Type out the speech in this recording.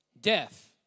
death